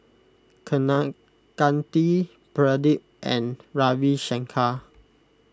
Kaneganti Pradip and Ravi Shankar